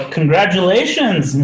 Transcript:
Congratulations